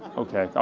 okay,